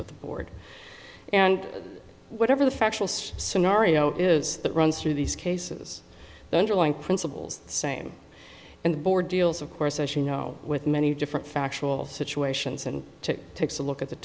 but the board and whatever the factual scenario is that runs through these cases the underlying principles the same and the board deals of course as you know with many different factual situations and takes a look at the